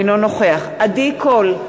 אינו נוכח עדי קול,